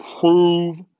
Prove